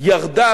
ירדה